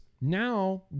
now